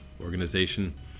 organization